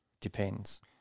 depends